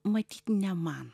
matyt ne man